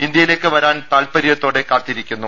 ഇന്ത്യയിലേക്ക് വരാൻ താത്പര്യത്തോടെ കാത്തിരിക്കുന്നു